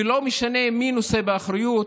ולא משנה מי נושא באחריות,